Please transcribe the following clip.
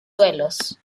duelos